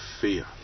fear